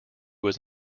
was